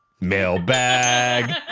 Mailbag